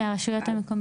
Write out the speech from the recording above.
מהרשויות המקומיות.